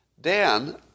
Dan